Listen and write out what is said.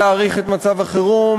להאריך את מצב החירום,